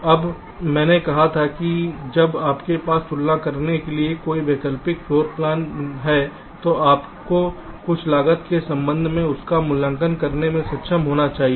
अब मैंने कहा था कि जब आपके पास तुलना करने के लिए कई वैकल्पिक फ्लोर प्लान हैं तो आपको कुछ लागत के संबंध में उनका मूल्यांकन करने में सक्षम होना चाहिए